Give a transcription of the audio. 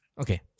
Okay